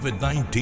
COVID-19